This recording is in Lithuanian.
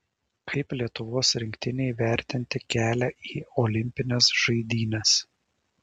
kaip lietuvos rinktinei vertinti kelią į olimpines žaidynes